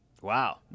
Wow